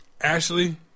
Ashley